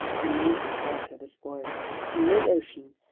an amazing character, this boy in midocean,